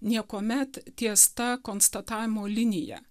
niekuomet ties ta konstatavimo linija